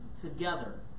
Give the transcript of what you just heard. together